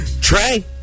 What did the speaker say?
Trey